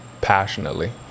passionately